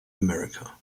america